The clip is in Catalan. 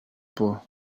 por